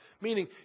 Meaning